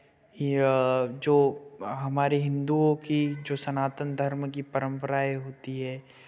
ही जो हमारे हिंदुओं की जो सनातन धर्म की परंपराए होती हैं